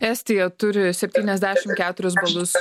estija turi septyniasdešim keturis balus